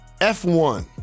F1